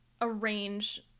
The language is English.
arrange